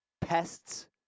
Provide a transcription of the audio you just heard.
pests